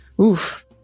Oof